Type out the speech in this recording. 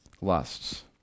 lusts